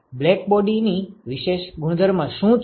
blackbody ની વિશેષ ગુણધર્મ શું છે